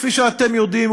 כפי שאתם יודעים,